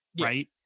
Right